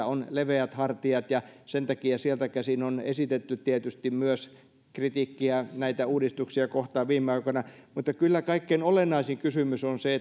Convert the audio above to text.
on leveät hartiat ja sen takia sieltä käsin on esitetty tietysti myös kritiikkiä näitä uudistuksia kohtaan viime aikoina mutta kyllä kaikkein olennaisin kysymys on se